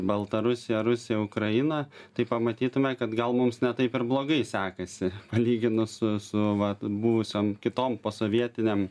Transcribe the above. baltarusiją rusiją ukrainą tai pamatytume kad gal mums ne taip ir blogai sekasi palyginus su su vat buvusiom kitom posovietinėm